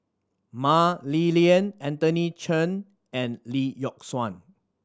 Mah Li Lian Anthony Chen and Lee Yock Suan